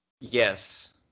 Yes